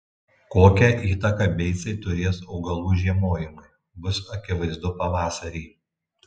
kokią įtaką beicai turės augalų žiemojimui bus akivaizdu pavasarį